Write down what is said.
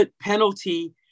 penalty